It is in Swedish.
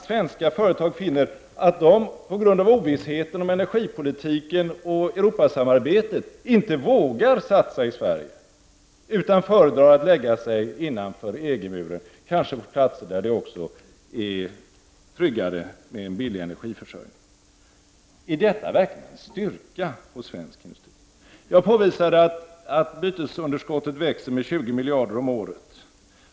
Svenska företag finner att de på grund av ovissheterna om energipolitiken och Europasamarbetet inte vågar satsa i Sverige, utan föredrar att lägga sin verksamhet innanför EG-muren, kanske på platser där det också är tryggare med en billig energiförsörjning. Är det verkligen en styrka hos svensk industri? Jag påvisade att bytesunderskottet växer med 20 miljarder om året.